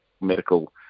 medical